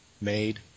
made